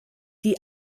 die